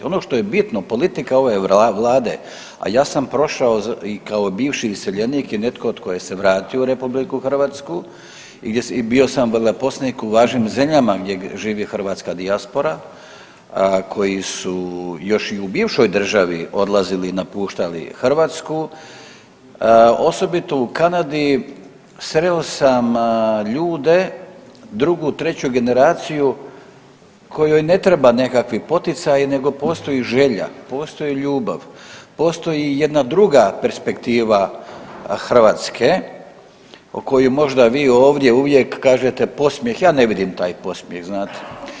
Ono što je bitno politika ove vlade, a ja sam prošao i kao bivši iseljenik i netko tko je se vratio u RH i bio sam veleposlanik u važnim zemljama gdje živi hrvatska dijaspora koji su još i u bivšoj državi odlazili i napuštali Hrvatsku, osobito u Kanadi sreo sam ljude drugu treću generaciju kojoj ne trebaju nekakvi poticaji nego postoji želja, postoji ljubav, postoji jedna druga perspektiva Hrvatske o kojoj možda vi ovdje uvijek kažete podsmijeh, ja ne vidim taj podsmijeh znate.